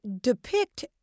depict